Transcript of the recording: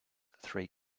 three